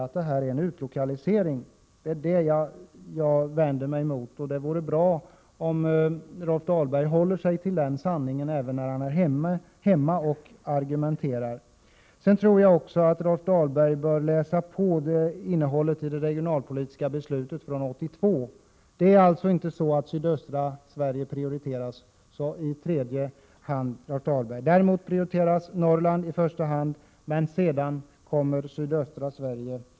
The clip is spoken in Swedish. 1987/88:90 utlokalisering. Det är detta jag vänder mig emot. Och det vore bra om Rolf 23 mars 1988 Dahlberg höll sig till den sanningen även när han argumenterar hemma. Jag tycker också att Rolf Dahlberg bör läsa på innehållet i det regionalpolitiska beslutet från 1982. Sydöstra Sverige prioriteras nämligen inte i tredje hand, Rolf Dahlberg. Däremot prioriteras Norrland i första hand, men i andra hand kommer sydöstra Sverige.